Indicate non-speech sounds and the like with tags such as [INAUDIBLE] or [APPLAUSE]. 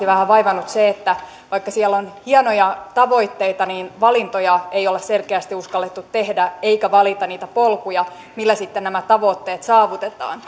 [UNINTELLIGIBLE] vähän vaivannut se että vaikka siellä on hienoja tavoitteita niin valintoja ei olla selkeästi uskallettu tehdä eikä valita niitä polkuja millä sitten nämä tavoitteet saavutetaan [UNINTELLIGIBLE]